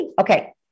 Okay